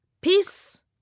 peace